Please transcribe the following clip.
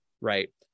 right